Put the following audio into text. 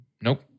Nope